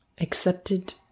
accepted